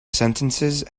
sentences